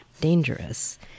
dangerous